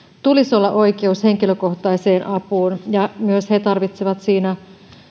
tulisi olla oikeus henkilökohtaiseen apuun ja myös he tarvitsevat siinä